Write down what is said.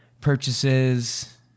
purchases